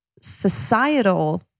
societal